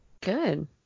Good